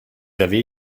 avez